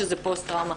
שזה פוסט טראומה.